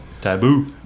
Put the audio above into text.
Taboo